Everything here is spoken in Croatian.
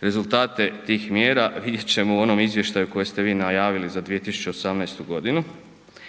Rezultate tih mjera vidjet ćemo u onom izvještaju koje ste vi najavili za 2018. godinu.